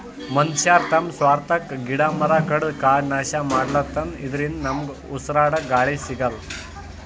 ಮನಶ್ಯಾರ್ ತಮ್ಮ್ ಸ್ವಾರ್ಥಕ್ಕಾ ಗಿಡ ಮರ ಕಡದು ಕಾಡ್ ನಾಶ್ ಮಾಡ್ಲತನ್ ಇದರಿಂದ ನಮ್ಗ್ ಉಸ್ರಾಡಕ್ಕ್ ಗಾಳಿ ಸಿಗಲ್ಲ್